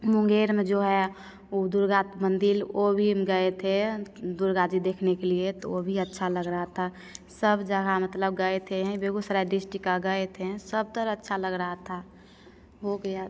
मुंगेर में जो है वो दुर्गा मंदिर वो भी हम गए थे दुर्गा जी देखने के लिए तो वो भी अच्छा लग रहा सब जगह मतलब गए थे यहीं बेगूसराय डिस्ट्रिक आ गए थे सब तरह अच्छा लग रहा था हो गया